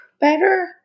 better